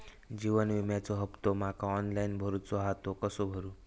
जीवन विम्याचो हफ्तो माका ऑनलाइन भरूचो हा तो कसो भरू?